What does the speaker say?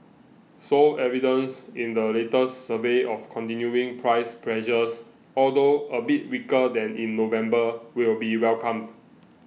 so evidence in the latest survey of continuing price pressures although a bit weaker than in November will be welcomed